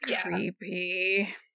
creepy